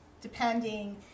depending